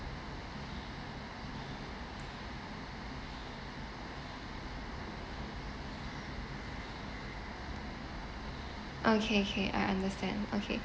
okay K K I understand okay